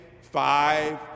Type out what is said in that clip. five